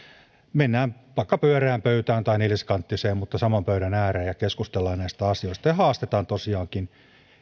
mennään vaikka pyöreään pöytään tai neliskanttiseen mutta saman pöydän ääreen ja keskustellaan näistä asioista ja haastetaan tosiaankin